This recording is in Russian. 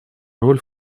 роль